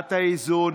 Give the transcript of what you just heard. את האיזון